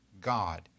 God